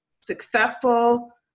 successful